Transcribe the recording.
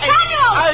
Daniel